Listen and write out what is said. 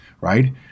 right